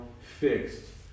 fixed